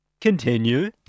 Continue